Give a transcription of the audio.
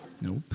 Nope